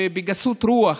שבגסות רוח